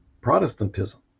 Protestantism